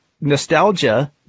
Nostalgia